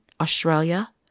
Australia